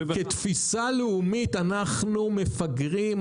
כתפיסה לאומית אנחנו מפגרים,